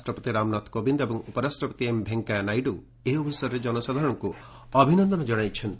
ରାଷ୍ଟ୍ରପତି ରାମନାଥ କୋବିନ୍ଦ ଏବଂ ଉପରାଷ୍ଟ୍ରପତି ଏମ୍ ଭେଙ୍କୟାନାଇଡୁ ଏହି ଅବସରରେ କନସାଧାରଣଙ୍କୁ ଅଭିନନ୍ଦନ ଜ୍ଞାପନ କରିଛନ୍ତି